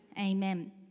Amen